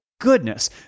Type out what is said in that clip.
goodness